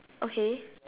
okay